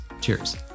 Cheers